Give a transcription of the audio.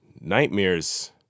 nightmares